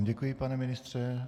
Děkuji vám, pane ministře.